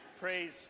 praise